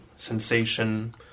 sensation